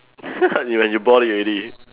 you when you bought it already